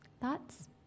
Thoughts